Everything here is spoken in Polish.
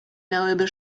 miałyby